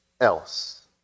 else